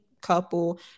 couple